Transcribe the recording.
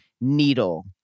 needle